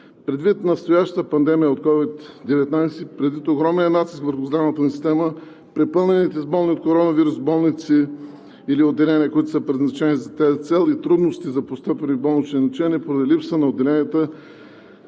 Предвид настоящата пандемия от COVID-19 и огромният натиск върху здравната ни система, препълнените с болни от коронавирус болници или отделения, предназначени за тази цел, и трудностите за постъпилите за болнични лечения поради липса в отделенията